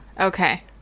Okay